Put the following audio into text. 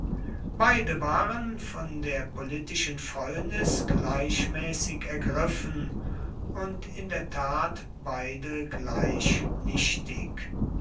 beide waren von der politischen fäulnis gleichmäßig ergriffen und in der tat beide gleich nichtig